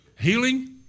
Healing